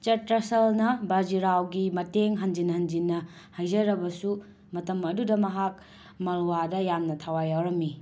ꯆꯇ꯭ꯔꯁꯜꯅ ꯕꯥꯖꯤꯔꯥꯎꯒꯤ ꯃꯇꯦꯡ ꯍꯟꯖꯤꯟ ꯍꯟꯖꯤꯟꯅ ꯍꯥꯏꯖꯔꯕꯁꯨ ꯃꯇꯝ ꯑꯗꯨꯗ ꯃꯍꯥꯛ ꯃꯜꯋꯥꯗ ꯌꯥꯝꯅ ꯊꯋꯥꯏ ꯌꯥꯎꯔꯝꯃꯤ